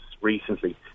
recently